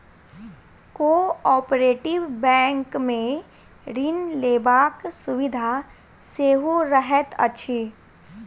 cooperative बैंकमे ऋण लेबाक सुविधा सेहो रहैत अछि